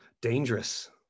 dangerous